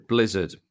Blizzard